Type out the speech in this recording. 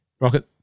Rocket